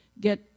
get